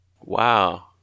Wow